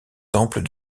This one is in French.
temple